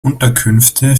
unterkünfte